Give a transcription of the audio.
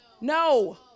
No